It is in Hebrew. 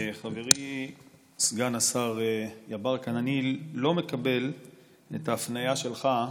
חברי סגן השר יברקן, אני לא מקבל את ההפניה שלך,